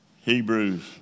Hebrews